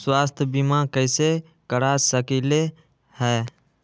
स्वाथ्य बीमा कैसे करा सकीले है?